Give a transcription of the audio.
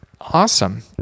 Awesome